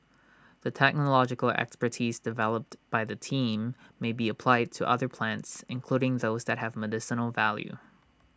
the technological expertise developed by the team may be applied to other plants including those that may have medicinal value